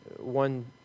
One